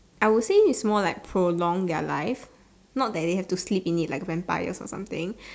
I would say it's more like prolong their life not like they have to sleep in it like vampires or something